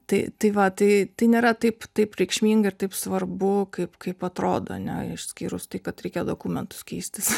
tai tai va tai tai nėra taip taip reikšminga ir taip svarbu kaip kaip atrodo ane išskyrus tai kad reikia dokumentus keistis